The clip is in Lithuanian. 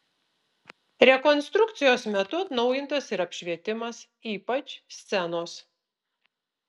rekonstrukcijos metu atnaujintas ir apšvietimas ypač scenos